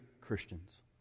Christians